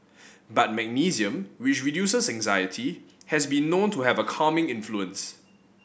but magnesium which reduces anxiety has been known to have a calming influence